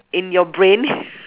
in your brain